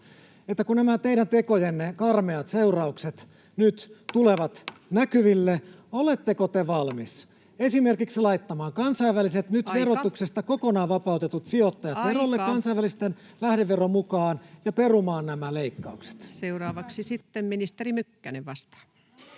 kun nämä teidän tekojenne karmeat seuraukset nyt tulevat näkyville, oletteko te valmis esimerkiksi laittamaan kansainväliset, [Puhemies: Aika!] nyt verotuksesta kokonaan vapautetut sijoittajat verolle lähdeveron mukaan ja perumaan nämä leikkaukset? Seuraavaksi sitten ministeri Mykkänen vastaa.